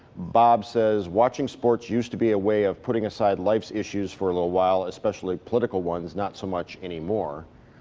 bob says watching sports used to be a way of putting aside life's issues for a little while, especially political ones. not so much anymore.